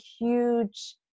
huge